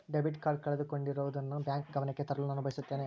debit card ಕಳೆದುಕೊಂಡಿರುವುದನ್ನು bank ಗಮನಕ್ಕೆ ತರಲು ನಾನು ಬಯಸುತ್ತೇನೆ